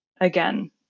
Again